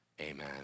amen